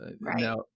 Right